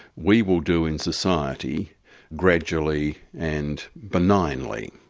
we will do in society gradually and benignly.